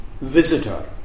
visitor